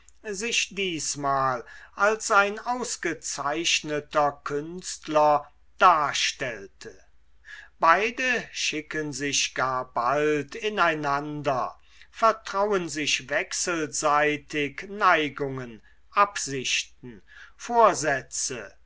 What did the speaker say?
sich diesmal als ein ausgezeichneter künstler darstellte beide schicken sich gar bald ineinander vertrauen sich wechselseitig neigungen absichten vorsätze